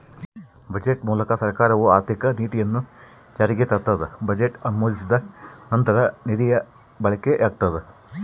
budget ಮೂಲಕ ಸರ್ಕಾರವು ಆರ್ಥಿಕ ನೀತಿಯನ್ನು ಜಾರಿಗೆ ತರ್ತದ ಬಜೆಟ್ ಅನುಮೋದಿಸಿದ ನಂತರ ನಿಧಿಯ ಬಳಕೆಯಾಗ್ತದ